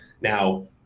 Now